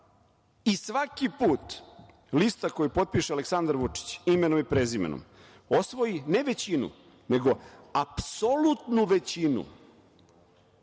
Svaki put lista koju potpiše Aleksandar Vučić, imenom i prezimenom, osvoji ne većinu, nego apsolutnu većinu,